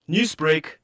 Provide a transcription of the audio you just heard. Newsbreak